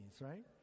right